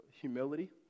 humility